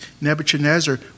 Nebuchadnezzar